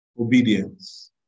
obedience